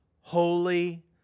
Holy